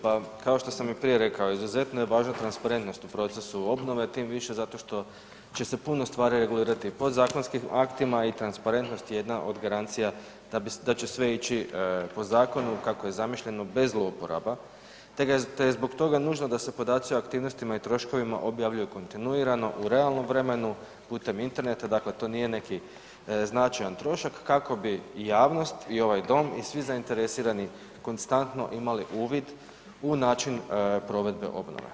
Pa kao što sam i prije rekao, izuzetno je važna transparentnost u procesu obnove tim više zato što će se puno stvari regulirati podzakonskim aktima i transparentnost je jedna od garancija d će sve ići po zakonu kako je zamišljeno bez zlouporaba te je zbog toga nužno da se podaci o aktivnosti i troškovima objavljuju kontinuirano u realnom vremenu pute interneta, dakle to nije neki značajan trošak kako bi javnost i ovaj dom i svi zainteresirani konstantno imali uvid u način provedbe obnove.